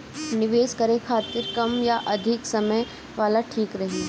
निवेश करें के खातिर कम या अधिक समय वाला ठीक रही?